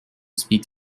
speak